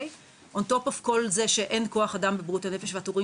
נוסף על זה שאין כוח אדם בבריאות הנפש והתורים